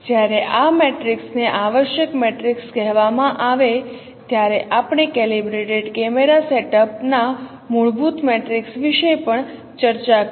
જ્યારે આ મેટ્રિક્સને આવશ્યક મેટ્રિક્સ કહેવામાં આવે ત્યારે આપણે કેલિબ્રેટેડ કેમેરા સેટઅપ ના મૂળભૂત મેટ્રિક્સ વિશે પણ ચર્ચા કરી